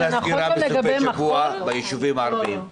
הסגירה בסופי השבוע ביישובים הערביים.